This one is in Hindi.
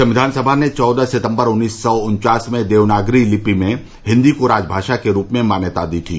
संक्षिान सभा ने चौदह सितंबर उन्नीस सौ उन्वास में देवनागरी लिपि में हिन्दी को राजभाषा के रूप में मान्यता दी थी